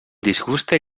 disguste